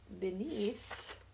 Beneath